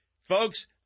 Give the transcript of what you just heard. Folks